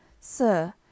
Sir